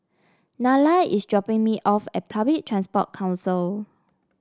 Nylah is dropping me off at Public Transport Council